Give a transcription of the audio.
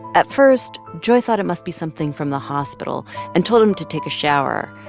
at first, joy thought it must be something from the hospital and told him to take a shower.